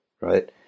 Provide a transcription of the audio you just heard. Right